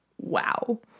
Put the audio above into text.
wow